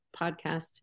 podcast